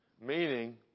meaning